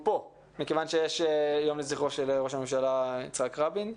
מכיוון שזה יהיה יום לזכרו של ראש הממשלה יצחק רבין.